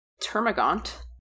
Termagant